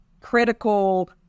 critical